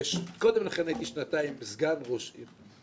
וקודם לכן הייתי שנתיים סגן ראש עיר.